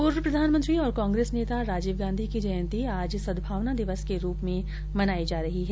पूर्व प्रधानमंत्री और कांग्रेस नेता राजीव गांधी की जयंती आज सदभावना दिवस के रूप में मनाई जा रही है